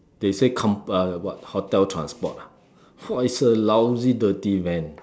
they say comp~ uh what hotel transport ah !wah! it's a lousy dirty van